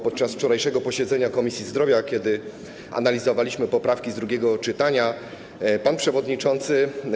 Podczas wczorajszego posiedzenia Komisji Zdrowia, kiedy analizowaliśmy poprawki z drugiego czytania, pan przewodniczący.